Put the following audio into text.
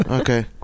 Okay